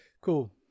Cool